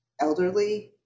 elderly